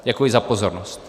Děkuji za pozornost.